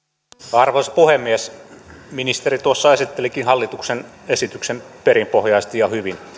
arvoisa puhemies ministeri tuossa esittelikin hallituksen esityksen perinpohjaisesti ja hyvin